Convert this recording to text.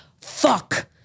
fuck